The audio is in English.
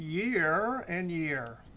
year, and year.